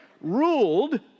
ruled